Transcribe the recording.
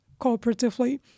cooperatively